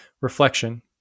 Reflection